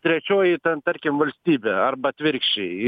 trečioji ten tarkim valstybė arba atvirkščiai